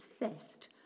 obsessed